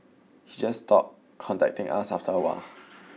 he just stopped contacting us after a while